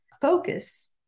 Focus